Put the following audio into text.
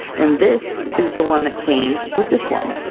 and this is the one that came with this one!